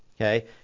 Okay